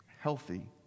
Healthy